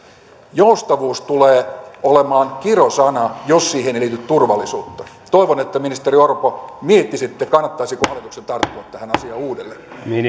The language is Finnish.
joustavuus tulee olemaan kirosana jos siihen ei liity turvallisuutta toivon ministeri orpo että miettisitte kannattaisiko hallituksen tarttua tähän asiaan uudelleen